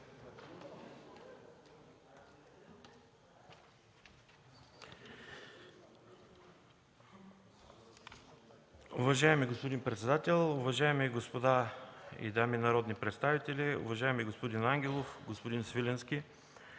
Уважаеми господин председател, уважаеми дами и господа народни представители, уважаеми господин Ангелов, уважаеми господин Свиленски!